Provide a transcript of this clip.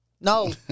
no